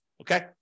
Okay